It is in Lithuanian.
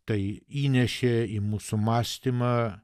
tai įnešė į mūsų mąstymą